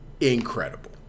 incredible